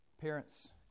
Parents